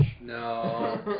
No